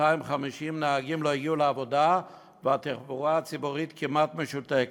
250 נהגים לא הגיעו לעבודה והתחבורה הציבורית כמעט משותקת.